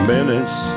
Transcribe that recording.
Minutes